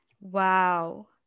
Wow